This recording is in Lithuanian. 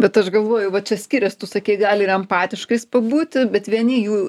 bet aš galvoju va čia skirias tu sakei gali ir empatiškais pabūti bet vieni jų